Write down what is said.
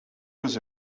was